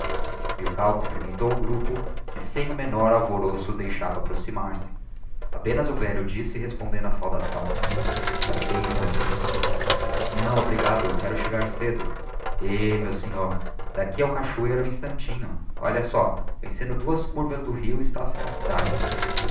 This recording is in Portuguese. tijupá milkau cumprimentou o grupo que sem o menor alvoroço o deixava approximar-se apenas o velho disse respondendo á saudação se apeie moço não obrigado quero chegar cedo eh meu sinhô d'aqui ao cachoeiro é um instantinho olhe só vencendo duas curvas do rio está-se na cidade